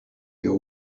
your